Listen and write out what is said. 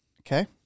Okay